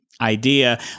idea